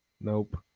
Nope